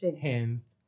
hands